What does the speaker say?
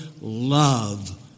love